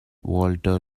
walter